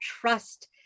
trust